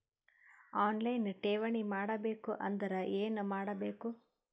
On line ಠೇವಣಿ ಮಾಡಬೇಕು ಅಂದರ ಏನ ಮಾಡಬೇಕು?